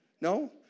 No